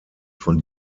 von